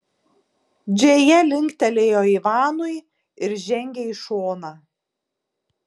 džėja linktelėjo ivanui ir žengė į šoną